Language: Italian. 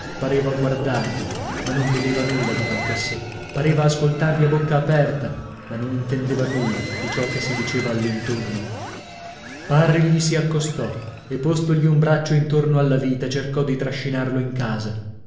pareva guardarvi ma non vedeva nulla davanti a sè pareva ascoltarvi a bocca aperta ma non intendeva nulla di ciò che si diceva all'intorno parri gli si accostò e postogli un braccio intorno alla vita cercò di trascinarlo in casa